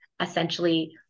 essentially